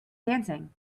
dancing